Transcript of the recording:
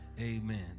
amen